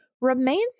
remains